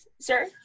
sir